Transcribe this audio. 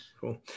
cool